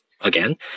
again